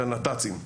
של הנת"צים.